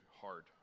hard